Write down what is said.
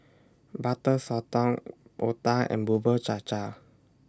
Butter Sotong Otah and Bubur Cha Cha